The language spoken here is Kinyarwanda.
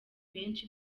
benshi